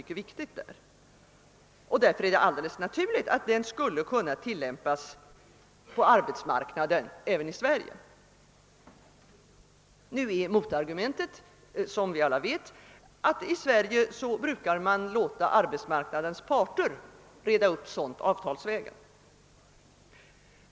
mycket viktigt — och det är därför helt naturligt att den skulle kunna tillämpas på arbetsmarknaden även i Sverige. Motargumentet är, som vi. alla vet, att man i Sverige brukar låta arbetsmarknadens parter reda upp sådant avialsvägen.